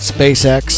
SpaceX